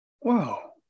Wow